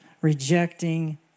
rejecting